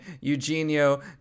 Eugenio